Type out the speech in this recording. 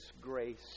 grace